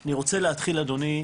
אני רוצה להתחיל אדוני,